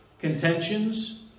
contentions